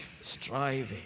striving